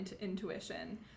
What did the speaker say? intuition